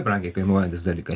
brangiai kainuojantys dalykai